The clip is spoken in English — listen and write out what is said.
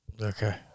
Okay